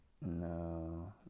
No